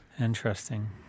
Interesting